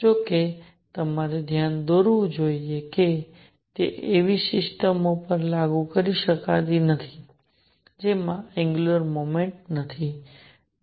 જો કે મારે ધ્યાન દોરવું જોઈએ કે તે એવી સિસ્ટમો પર લાગુ કરી શકાતી નથી જેમાં એંગ્યુલર મોમેન્ટમ નથી